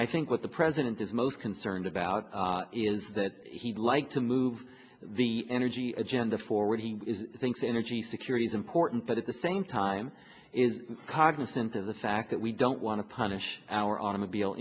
think what the president is most concerned about is that he'd like to move the energy agenda forward he thinks energy security is important but at the same time is cognizant of the fact that we don't want to punish our automobile